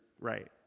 right